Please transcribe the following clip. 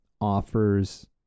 offers